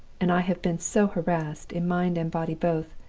and i have been so harassed, in mind and body both,